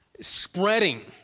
spreading